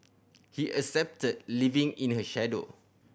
he accepted living in her shadow